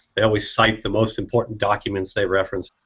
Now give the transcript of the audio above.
they always sight the most important documents they reference,